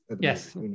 yes